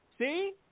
See